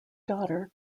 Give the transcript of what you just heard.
daughter